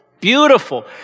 Beautiful